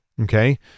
Okay